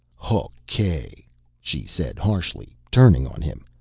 hokay! she said harshly, turning on him.